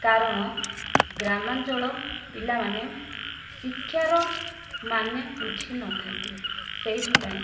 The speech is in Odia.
କାରଣ ଗ୍ରାମାଞ୍ଚଳ ପିଲାମାନେ ଶିକ୍ଷାର ମାନେ ବୁଝିନଥାନ୍ତି ସେଇଥିପାଇଁ